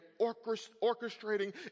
orchestrating